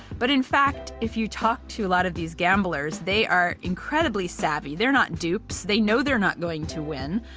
but in fact, if you talk to a lot of these gamblers, they are incredibly savvy. they're not dupes! they know they're not going to win,